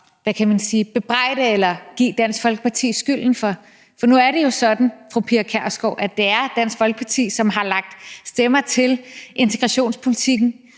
at bebrejde eller give Dansk Folkeparti skylden for. For nu er det jo sådan, fru Pia Kjærsgaard, at det er Dansk Folkeparti, som har lagt stemmer til integrationspolitikken